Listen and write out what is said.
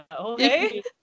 okay